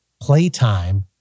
Playtime